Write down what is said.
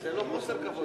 זה לא חוסר כבוד.